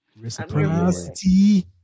Reciprocity